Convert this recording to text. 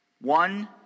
One